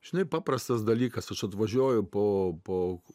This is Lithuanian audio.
žinai paprastas dalykas aš atvažiuoju po po